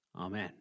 Amen